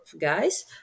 guys